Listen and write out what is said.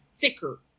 thicker